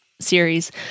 series